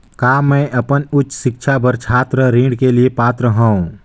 का मैं अपन उच्च शिक्षा बर छात्र ऋण के लिए पात्र हंव?